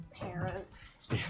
Parents